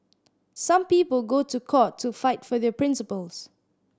some people go to court to fight for their principles